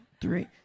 three